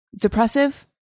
Depressive